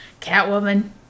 Catwoman